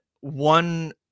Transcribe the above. one